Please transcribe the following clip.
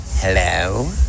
hello